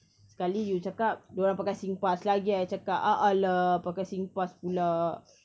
sekali you cakap dia orang pakai singpass lagi I cakap a'ah lah pakai singpass pula